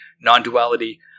non-duality